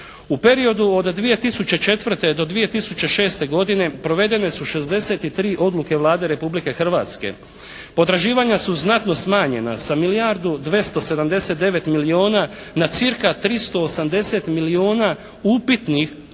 U periodu od 2004. do 2006. godine provodene su 63 odluke Vlade Republike Hrvatske. Potraživanja su znatno smanjena, sa milijardu 279 milijuna na cca. 380 milijuna uputnih odnosno